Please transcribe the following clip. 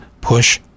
push